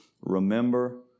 remember